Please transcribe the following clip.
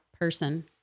person